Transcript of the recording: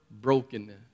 brokenness